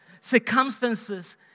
Circumstances